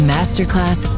Masterclass